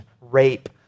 rape